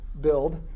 build